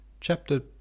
Chapter